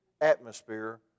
atmosphere